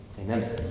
Amen